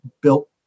built